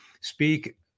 speak